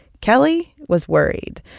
kelly was worried.